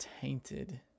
tainted